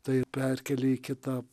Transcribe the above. tai perkelia į kitą